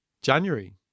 January